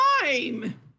time